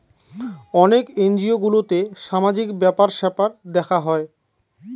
অনেক এনজিও গুলোতে সামাজিক ব্যাপার স্যাপার দেখা হয়